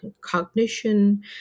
cognition